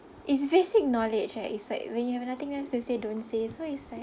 it's basic knowledge right is like when you have nothing nice to say don't say so is like